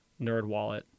NerdWallet